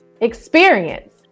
experience